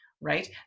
right